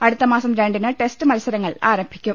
അടുത്ത മാസം രണ്ടിന് ടെസ്റ്റ് മത്സരങ്ങൾ ആരംഭിക്കും